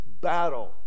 battle